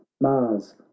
mars